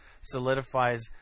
solidifies